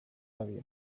badio